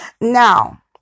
Now